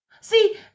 See